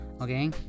Okay